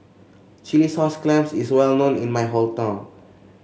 Chilli Sauce Clams is well known in my hometown